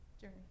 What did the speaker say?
journey